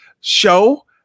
show